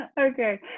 Okay